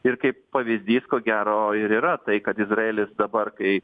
ir kaip pavyzdys ko gero ir yra tai kad izraelis dabar kai